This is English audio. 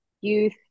youth